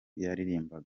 yaririmbaga